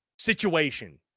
situation